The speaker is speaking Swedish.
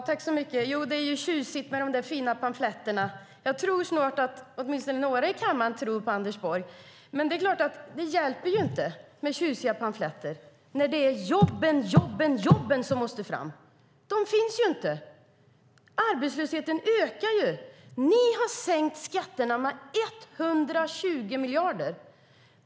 Fru talman! Det är ju tjusigt med de där fina pamfletterna. Åtminstone några i kammaren tror nog på Anders Borg. Men det hjälper ju inte med tjusiga pamfletter när det är jobben, jobben, jobben som måste fram. De finns ju inte. Arbetslösheten ökar ju. Ni har sänkt skatterna med 120 miljarder.